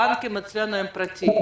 הבנקים אצלנו הם פרטיים.